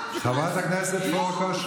עדיין אצל גבר זאת תהיה חוזקה,